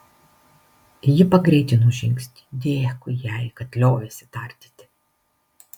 ji pagreitino žingsnį dėkui jai kad liovėsi tardyti